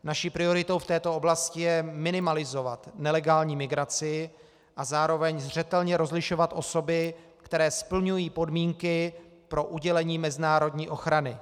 Naší prioritou v této oblasti je minimalizovat nelegální migraci a zároveň zřetelně rozlišovat osoby, které splňují podmínky pro udělení mezinárodní ochrany.